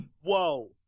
Whoa